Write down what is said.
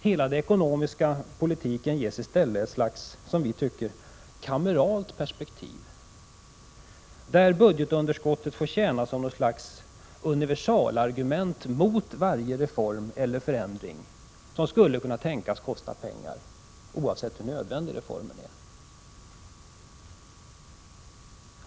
Hela den ekonomiska politiken ges i stället ett slags — som vi tycker — kameralt perspektiv, där budgetunderskottet får tjäna som universalargument mot varje reform eller förändring som skulle kunna tänkas kosta pengar, oavsett hur nödvändig reformen är.